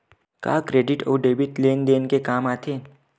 का क्रेडिट अउ डेबिट लेन देन के काम आथे?